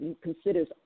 considers